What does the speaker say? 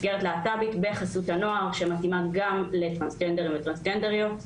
מסגרת להט"בית בחסות הנוער שמתאימה גם לטרנסג'נדרים וטרנסג'נדריות.